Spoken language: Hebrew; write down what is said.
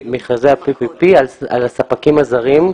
במכרזי ה-PPP על הספקים הזרים,